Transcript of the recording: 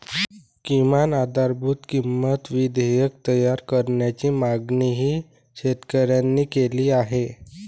किमान आधारभूत किंमत विधेयक तयार करण्याची मागणीही शेतकऱ्यांनी केली आहे